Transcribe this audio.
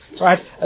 right